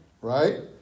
right